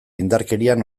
indarkerian